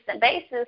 basis